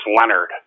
Leonard